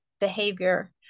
behavior